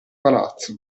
palazzo